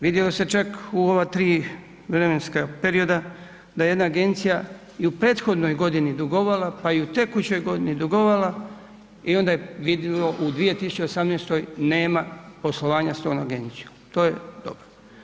Vidjelo se čak u ova 3 vremenska perioda da je jedna agencija i u prethodnoj godini dugovala pa i tekućoj godini dugovala i onda je vidljivo u 2018., nema poslovanja s tom agencijom, to je dobro.